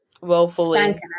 willfully